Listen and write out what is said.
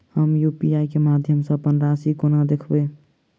हम यु.पी.आई केँ माध्यम सँ अप्पन राशि कोना देखबै?